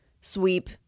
Sweep